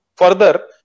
Further